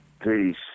Peace